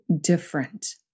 different